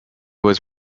was